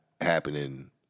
happening